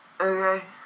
Okay